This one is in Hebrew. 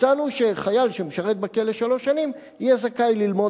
הצענו שחייל שמשרת בכלא שלוש שנים יהיה זכאי ללמוד